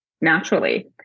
naturally